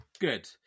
Good